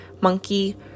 monkey